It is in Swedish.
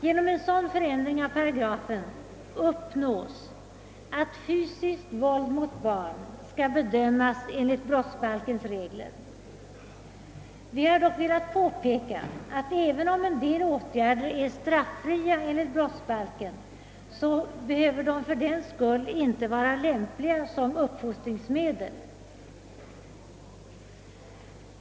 Genom en sådan förändring av paragrafen uppnås att fysiskt våld mot barn skall bedömas enligt brottsbalkens regler. Vi har dock velat påpeka att även om en del åtgärder är straffria enligt brottsbalken behöver de fördenskull inte vara lämpliga som uppfostringsmedel.